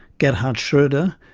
gerhard schroder,